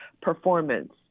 performance